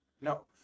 No